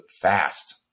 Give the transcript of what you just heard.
fast